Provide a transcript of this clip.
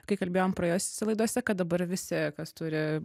kai kalbėjom praėjusiose laidose kad dabar visi kas turi